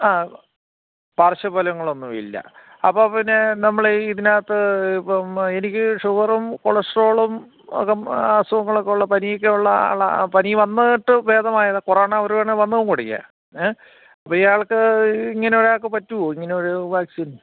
ആ പാർശ്വഫലങ്ങളൊന്നുമില്ല അപ്പോൾ പിന്നെ നമ്മൾ ഈ ഇതിനകത്ത് ഇപ്പം എനിക്ക് ഷുഗറും കൊളസ്ട്രോളും ഒക്കെ അസുഖങ്ങളൊക്കെ ഉള്ള പനിയൊക്കെ ഉള്ള ആളാ പനി വന്നിട്ട് ഭേദമായതാ കൊറോണ ഒരു തവണ വന്നതും കൂടിയാ ഏഹ് അപ്പോൾ ഇയാൾക്ക് ഇങ്ങനെയൊരാൾക്ക് പറ്റുമോ ഇങ്ങനൊരു വാക്സിൻ